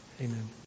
Amen